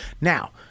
Now